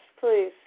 please